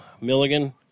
Milligan